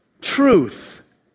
truth